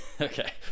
Okay